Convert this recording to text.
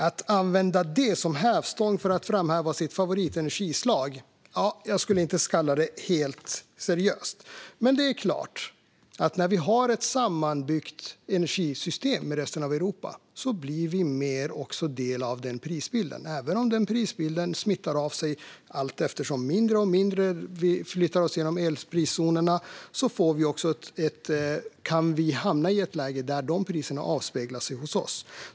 Att använda det som hävstång för att framhäva sitt favoritenergislag kallar jag inte helt seriöst. Men det är klart, när vi har ett sammanbyggt energisystem med resten av Europa blir vi också mer del av den prisbilden. Även om den prisbilden smittar av sig allt mindre ju mer vi flyttar oss genom elpriszonerna kan vi hamna i ett läge där dessa priser avspeglar sig hos oss.